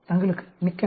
தங்களுக்கு மிக்க நன்றி